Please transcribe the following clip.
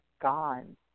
gone